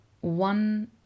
one